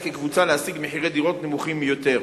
כקבוצה להשיג מחירי דירות נמוכים יותר,